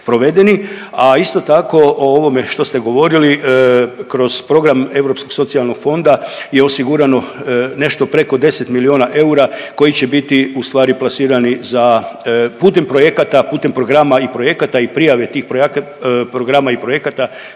A isto tako o ovome što ste govorili kroz program Europskog socijalnog fonda je osigurano nešto preko 10 milijuna eura koji će biti ustvari biti plasirani za putem projekata, putem programa i projekata i prijave tih programa i projekata